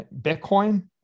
Bitcoin